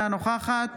אינה נוכחת